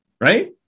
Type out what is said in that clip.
right